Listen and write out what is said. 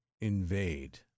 invade